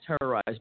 terrorized